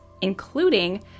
including